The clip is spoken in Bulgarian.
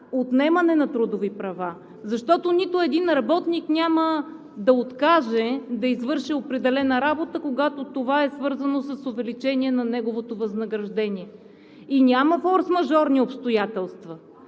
отнемане на трудови права, защото нито един работник няма да откаже да извърши определена работа, когато това е свързано с увеличение на неговото възнаграждение, и няма форсмажорни обстоятелства.